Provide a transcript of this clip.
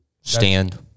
Stand